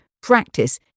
Practice